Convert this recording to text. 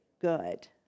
good